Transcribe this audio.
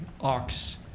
ox